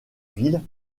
ville